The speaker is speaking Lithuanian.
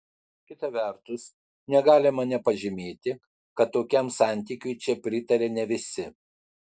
kita vertus negalima nepažymėti kad tokiam santykiui čia pritaria ne visi